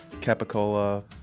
capicola